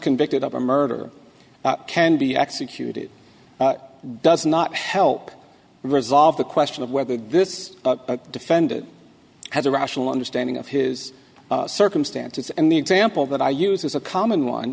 convicted of a murder can be executed does not help resolve the question of whether this defendant has a rational understanding of his circumstances and the example that i use is a common one